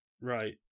Right